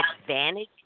advantage